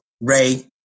Ray